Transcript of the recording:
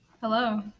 Hello